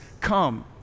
come